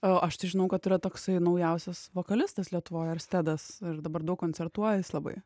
o aš žinau kad yra toksai naujausias vokalistas lietuvoj erstedas ir dabar daug koncertuoja jis labai